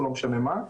לא משנה מה,